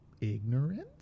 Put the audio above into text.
ignorance